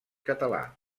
català